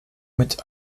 mit